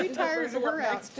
tired her out.